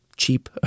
cheap